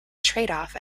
tradeoff